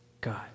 God